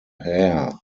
hare